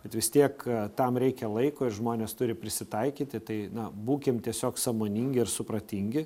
bet vis tiek tam reikia laiko ir žmonės turi prisitaikyti tai na būkim tiesiog sąmoningi ir supratingi